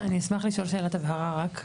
אני אשמח לשאול שאלת הבהרה רק.